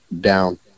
down